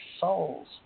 souls